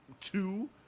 two